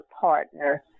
partner